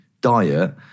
diet